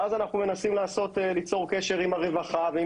ואז אנחנו מנסים ליצור קשר עם הרווחה ועם